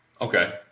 okay